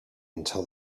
until